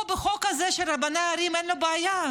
פה, בחוק הזה של רבני ערים, אין לו בעיה.